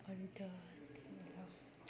अरू त त्यति नै होला है